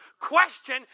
Question